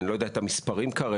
אני לא יודע את המספרים כרגע,